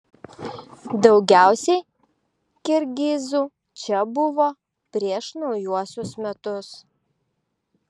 daugiausiai kirgizių čia buvo prieš naujuosius metus